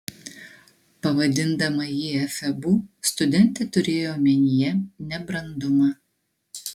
pavadindama jį efebu studentė turėjo omenyje nebrandumą